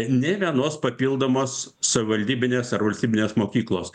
nei vienos papildomos savivaldybinės ar valstybinės mokyklos